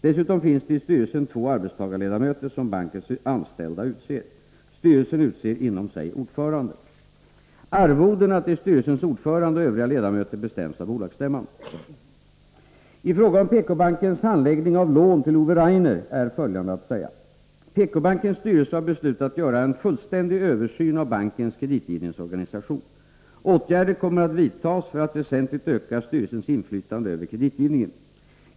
Dessutom finns det i styrelsen två arbetstagarledamöter, som bankens anställda utser. Styrelsen utser inom sig ordförande. I fråga om PK-bankens handläggning av lån till Ove Rainer är följande att säga. PK-bankens styrelse har beslutat göra en fullständig översyn av bankens kreditgivningsorganisation. Åtgärder kommer att vidtas för att väsentligt öka styrelsens inflytande över kreditgivningen.